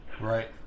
Right